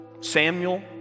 Samuel